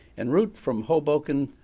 and route from hoboken,